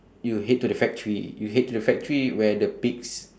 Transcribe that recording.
you head to the factory you head to the factory where the pigs